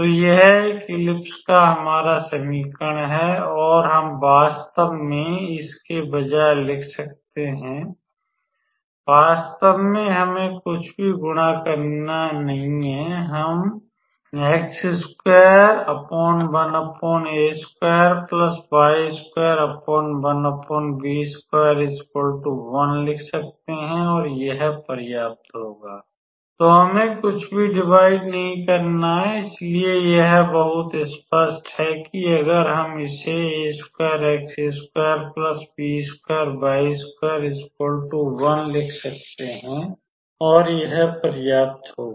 तो यह एक दीर्घवृत्त का हमारा समीकरण है और हम वास्तव में इसके बजाय लिख सकते हैं वास्तव में हमें कुछ भी गुणा नहीं करना है हम लिख सकते हैं और यह पर्याप्त होगा